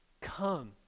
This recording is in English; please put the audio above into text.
come